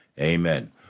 Amen